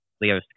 Leo